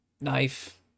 knife